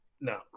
No